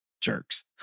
jerks